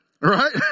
Right